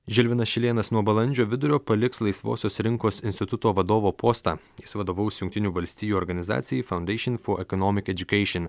žilvinas šilėnas nuo balandžio vidurio paliks laisvosios rinkos instituto vadovo postą jis vadovaus jungtinių valstijų organizacijai faundeišn fo ekonomik edjukeišn